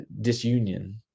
disunion